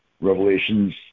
Revelations